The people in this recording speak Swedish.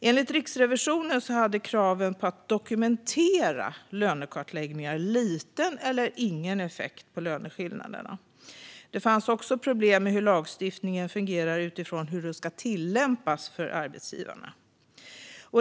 Enligt Riksrevisionen hade kraven på att dokumentera lönekartläggningar liten eller ingen effekt på löneskillnaderna. Det fanns också problem med hur lagstiftningen fungerar utifrån hur den ska tillämpas av arbetsgivarna.